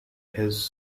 his